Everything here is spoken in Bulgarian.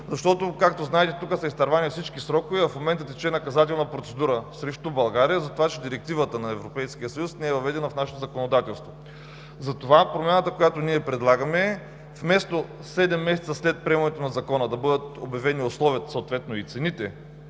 защото, както знаете, тук са изтървани всички срокове и в момента тече наказателна процедура срещу България за това, че Директивата на Европейския съюз не е въведена в нашето законодателство. Затова промяната, която предлагаме, е вместо седем месеца след приемането на закона да бъдат обявени условията, съответно и цените